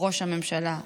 ראש הממשלה,